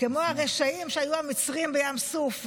כמו הרשעים שהיו המצרים בים סוף,